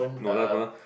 no lah